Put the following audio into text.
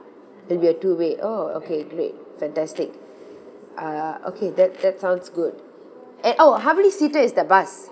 it'll be a two way oh okay great fantastic uh okay that that sounds good and oh how many seater is the bus